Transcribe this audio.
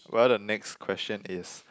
well the next question is